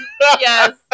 yes